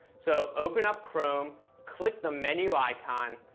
so open up chrome, click the menu icon,